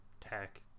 Tech